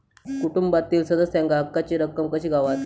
कुटुंबातील सदस्यांका हक्काची रक्कम कशी गावात?